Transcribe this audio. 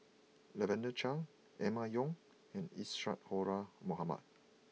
Lavender Chang Emma Yong and Isadhora Mohamed